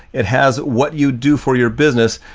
it has what you do for your business,